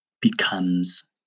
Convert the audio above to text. Becomes